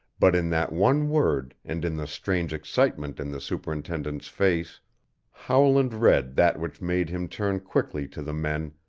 but in that one word and in the strange excitement in the superintendent's face howland read that which made him turn quickly to the men,